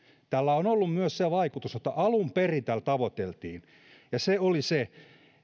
tällä on ollut myös se vaikutus jota alun perin tällä tavoiteltiin se oli se